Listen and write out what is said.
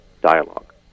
dialogue